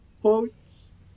quotes